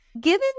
Given